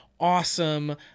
awesome